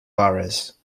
boroughs